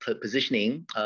positioning